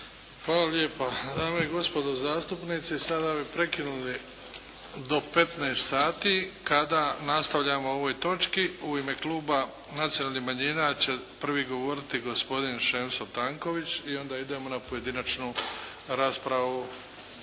Hvala lijepa. Dame i gospodo zastupnici, sada bi prekinuli do 15 sati, kada nastavljamo o ovoj točci. U ime Kluba nacionalnih manjina će prvi govoriti gospodin Šemso Tanković i onda idemo na pojedinačnu raspravu.